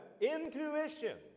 intuition